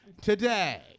today